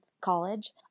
college